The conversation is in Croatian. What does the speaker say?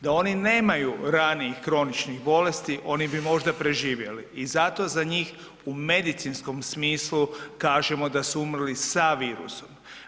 Da oni nemaju ranijih kroničnih bolesti oni bi možda preživjeli i zato za njih u medicinskom smislu kažemo da su umrli sa virusom.